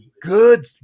good